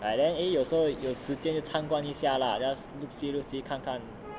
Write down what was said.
I then eh 有时候有时间去参观一下啦 just look see look see 看看